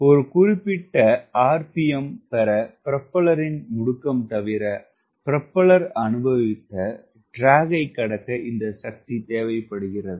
ஒரு குறிப்பிட்ட RPM பெற புரோப்பல்லரின் முடுக்கம் தவிர ப்ரொப்பல்லர் அனுபவித்த இழுவைக் கடக்க இந்த சக்தி தேவைப்படுகிறது